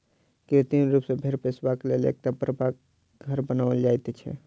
कृत्रिम रूप सॅ भेंड़ पोसबाक लेल एकटा बड़का घर बनाओल जाइत छै